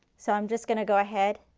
so i am just going to go ahead,